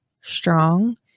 strong